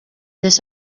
this